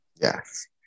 Yes